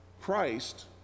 Christ